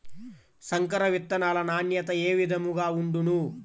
సంకర విత్తనాల నాణ్యత ఏ విధముగా ఉండును?